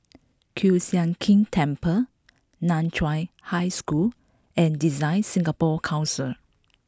Kiew Sian King Temple Nan Chiau High School and DesignSingapore Council